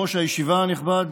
יושב-ראש הישיבה הנכבד,